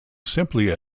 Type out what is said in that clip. simply